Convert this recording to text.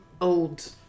old